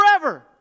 forever